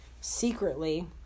secretly